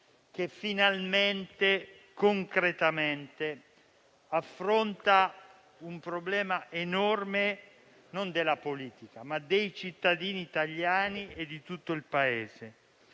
che finalmente affronta concretamente un problema enorme non della politica ma dei cittadini italiani e di tutto il Paese